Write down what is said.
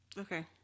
Okay